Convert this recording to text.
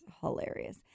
hilarious